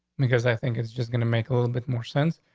because i think it's just gonna make a little bit more sense.